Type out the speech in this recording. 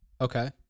Okay